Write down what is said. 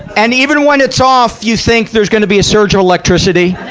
and even when it's off, you think there's gonna be a surge of electricity.